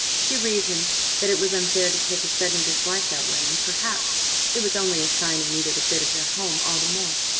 she reasoned that it was unfair to take a sudden dislike that way, and perhaps it was only a sign he needed a bit of their home all the more.